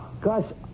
Gus